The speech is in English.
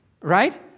Right